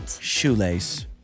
Shoelace